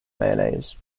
mayonnaise